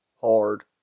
Hard